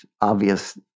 obvious